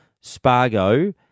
Spargo